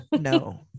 No